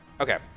Okay